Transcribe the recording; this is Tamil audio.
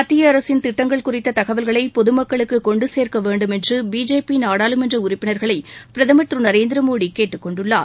மத்திய அரசின் திட்டங்கள் குறித்த தகவல்களை பொதுமக்களுக்கு கொண்டு சேர்க்க வேண்டும் என்று பிஜேபி நாடாளுமன்ற உறுப்பினர்களை பிரதமர் திரு நரேந்திரமோடி கேட்டுக் கொண்டுள்ளார்